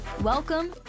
Welcome